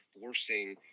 forcing